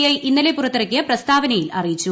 I ഇന്നലെ പുറത്തിറക്കിയ പ്രസ്താവനയിൽ അറിയിച്ചു